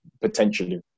potentially